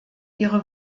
ihre